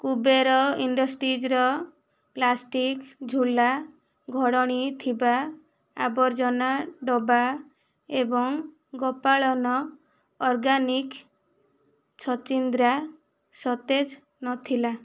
କୁବେର ଇଣ୍ଡଷ୍ଟ୍ରିଜ୍ର ପ୍ଲାଷ୍ଟିକ୍ ଝୁଲା ଘୋଡ଼ଣୀ ଥିବା ଆବର୍ଜନା ଡବା ଏବଂ ଗୋପାଳନ ଅର୍ଗାନିକ୍ ଛଚିନ୍ଦ୍ରା ସତେଜ ନଥିଲା